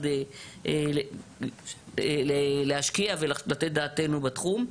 אנחנו יכולים להשקיע ולתת דעתנו בתחום.